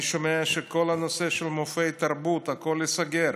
אני שומע שכל הנושא של מופעי תרבות, הכול ייסגר,